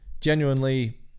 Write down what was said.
genuinely